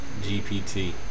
GPT